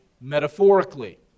metaphorically